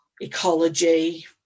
ecology